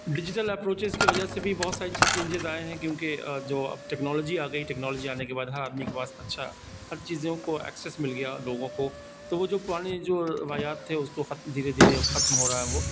digital approaches کی وجہ سے بھی بہت ساری چی چینجز آئے ہیں کیونکہ جو اب ٹیکنالوجی آ گئی ٹیکنالوجی آنے کے بعد ہر آدمی کے پاس اچھا ہر چیزوں کو ایکسیس مل گیا لوگوں کو تو وہ جو پرانی جو روایات تھے اس کو ختم دھیرے دھیرے ختم ہو رہا ہے وہ